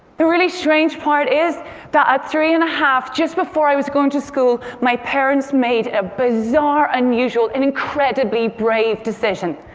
the really strange part is that, at three and a half, just before i was going to school, my parents made a bizarre, unusual and incredibly brave decision.